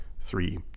three